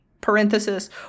parenthesis